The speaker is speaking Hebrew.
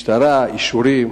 משטרה, אישורים.